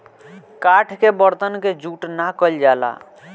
काठ के बरतन के जूठ ना कइल जाला